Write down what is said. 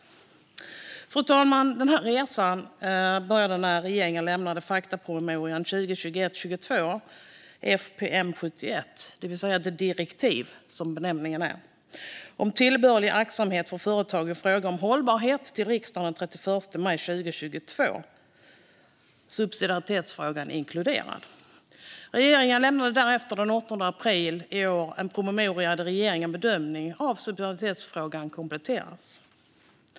Fru talman! Den här resan började när regeringen till riksdagen den 31 mars 2022 lämnade faktapromemoria 2021/22:FPM71, det vill säga ett direktiv, som benämningen är, om tillbörlig aktsamhet för företag i fråga om hållbarhet, subsidiaritetsfrågan inkluderad. Regeringen lämnade därefter den 8 april 2022 en promemoria där regeringens bedömning av subsidiaritetsfrågan kompletteras.